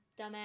dumbass